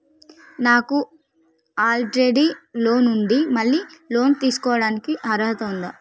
నాకు already loan ఉండి మళ్ళీ లోన్ తీసుకోవడానికి అర్హత ఉందా?